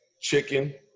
chicken